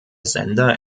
sender